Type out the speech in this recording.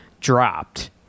dropped